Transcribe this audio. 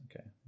Okay